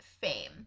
fame